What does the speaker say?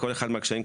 קושי,